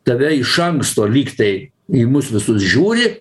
tave iš anksto lyg tai į mus visus žiūri